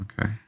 Okay